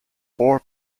four